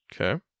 Okay